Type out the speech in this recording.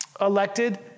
elected